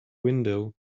window